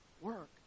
work